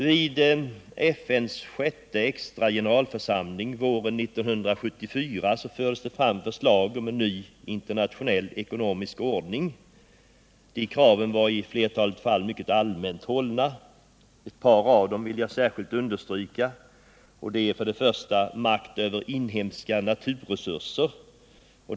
Vid FN:s sjätte extra generalförsamling våren 1974 fördes fram förslag om en ny internationell ekonomisk ordning. Kraven var i flertalet fall mycket allmänt hållna. Ett par av dem vill jag särskilt understryka, nämligen för det första makt över inhemska naturresurser.